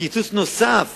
וקיצוץ נוסף